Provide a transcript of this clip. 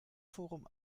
forum